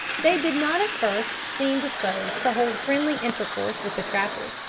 they did not at first seem disposed to hold friendly intercourse with the trappers,